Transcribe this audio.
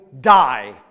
die